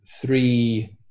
three